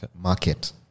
market